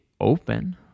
open